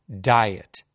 diet